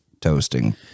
toasting